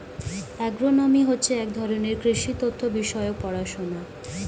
agronomy হচ্ছে এক ধরনের কৃষি তথ্য বিষয়ক পড়াশোনা